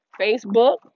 Facebook